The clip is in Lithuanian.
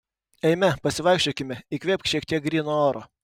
eime pasivaikščiokime įkvėpk šiek tiek gryno oro